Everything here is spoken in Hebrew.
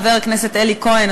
חבר הכנסת אלי כהן,